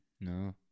No